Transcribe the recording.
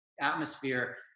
atmosphere